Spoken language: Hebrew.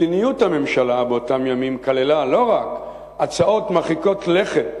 מדיניות הממשלה באותם ימים כללה לא רק הצעות מרחיקות לכת,